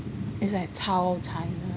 it's like 超长的